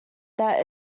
that